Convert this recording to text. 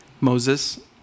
Moses